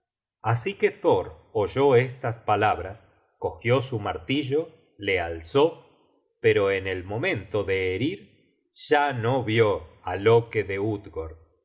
así que thor oyó estas palabras cogió su martillo le alzó pero en el momento de herir ya no vió á loke de